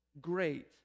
great